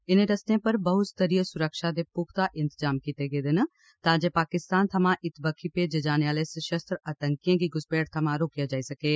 इनें रस्तें पर बहुस्तरीय सुरक्षा दे पुख्ता इंतजाम कीते गेदे न तां जे पाकिस्तान थमां इत्त बक्खी भेजे जाने आले सशस्त्र आतंकिएं गी घुसपैठ थमां रोकेआ जाई सकैं